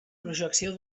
projecció